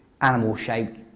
animal-shaped